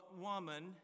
woman